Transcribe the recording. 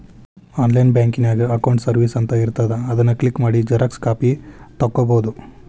online ಬ್ಯಾಂಕಿನ್ಯಾಗ accounts services ಅಂತ ಇರ್ತಾದ ಅದನ್ ಕ್ಲಿಕ್ ಮಾಡಿ ಝೆರೊಕ್ಸಾ ಕಾಪಿ ತೊಕ್ಕೊಬೋದು